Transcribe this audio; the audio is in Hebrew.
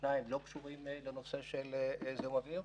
שניים לא קשורים לנושא של זיהום אוויר,